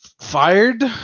Fired